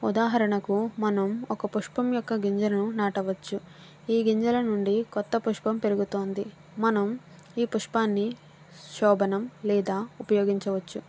ఉదాహరణకు మనం ఒక పుష్పం యొక్క గింజను నాటవచ్చు ఈ గింజల నుండి కొత్త పుష్పం పెరుగుతుంది మనం ఈ పుష్పాన్నిశోభనం లేదా ఉపయోగించవచ్చు